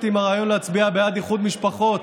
עם הרעיון להצביע בעד איחוד משפחות,